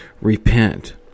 repent